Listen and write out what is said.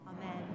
Amen